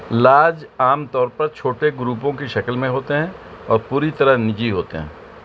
لاج عام طور پر چھوٹے گروپوں کی شکل میں ہوتے ہیں اور پوری طرح نجی ہوتے ہیں